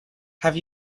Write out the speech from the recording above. have